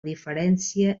diferència